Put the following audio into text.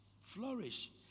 Flourish